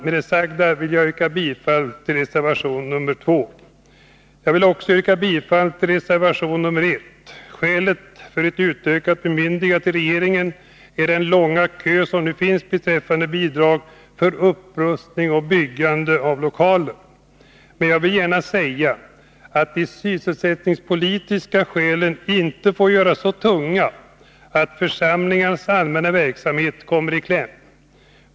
Med det sagda vill jag yrka bifall till reservation 2. Jag vill också yrka bifall till reservation 1. Skälet för ett utökat bemyndigande till regeringen är den långa kö som nu finns beträffande bidrag för upprustning och byggande av lokaler. Men jag vill gärna säga att de sysselsättningspolitiska skälen inte får göras så tunga att församlingarnas allmänna verksamhet kommer i kläm.